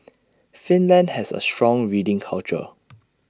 Finland has A strong reading culture